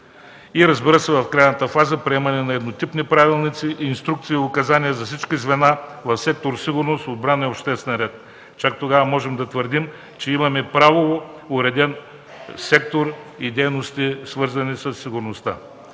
И, разбира се, в крайната фаза – приемане на еднотипни правилници, инструкции и указания за всички звена в сектор „Сигурност, отбрана и обществен ред”. Чак тогава можем да твърдим, че имаме правово уреден сектор и дейности, свързани със сигурността.